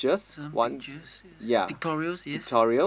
some pictures pictorials yes